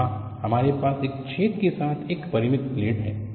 तो यहाँ हमारे पास एक छेद के साथ एक परिमित प्लेट है